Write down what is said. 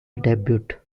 debut